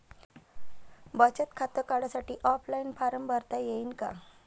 बचत खातं काढासाठी ऑफलाईन फारम भरता येईन का?